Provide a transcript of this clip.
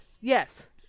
yes